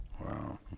Wow